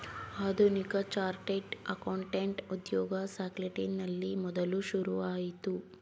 ಆಧುನಿಕ chartered accountant ಉದ್ಯೋಗ ಸ್ಕಾಟ್ಲೆಂಡಿನಲ್ಲಿ ಮೊದಲು ಶುರುವಾಯಿತು